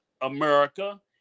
America